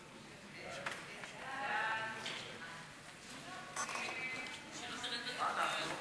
ההצעה להעביר את הצעת חוק הביטוח הלאומי (תיקון,